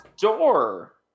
door